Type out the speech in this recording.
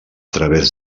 través